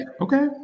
okay